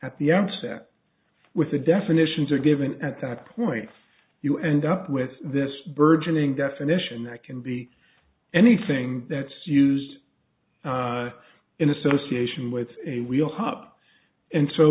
at the empty set with the definitions are given at that point you end up with this burgeoning definition that can be anything that's used in association with a wheel hub and so